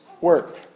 work